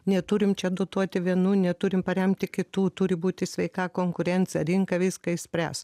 neturim čia dotuoti vienų neturim paremti kitų turi būti sveika konkurencija rinka viską išspręs